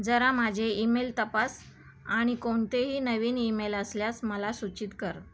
जरा माझे ईमेल तपास आणि कोणतेही नवीन ईमेल असल्यास मला सूचित कर